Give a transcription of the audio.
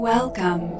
Welcome